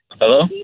Hello